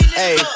hey